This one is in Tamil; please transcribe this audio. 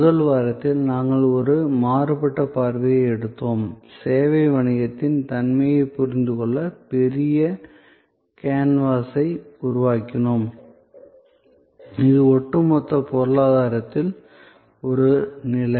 முதல் வாரத்தில் நாங்கள் ஒரு மாறுபட்ட பார்வையை எடுத்தோம் சேவை வணிகத்தின் தன்மையைப் புரிந்துகொள்ள பெரிய கேன்வாஸை உருவாக்கினோம் இது ஒட்டுமொத்த பொருளாதாரத்தில் ஒரு நிலை